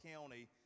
County